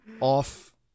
Off